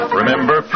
remember